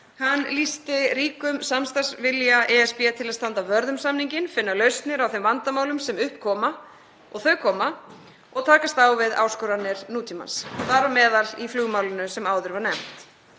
Hann lýsti ríkum samstarfsvilja ESB til að standa vörð um samninginn, finna lausnir á þeim vandamálum sem upp koma — og þau koma — og takast á við áskoranir nútímans, þar á meðal í flugmálunum sem áður voru nefnd,